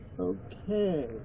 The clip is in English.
okay